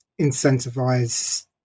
incentivize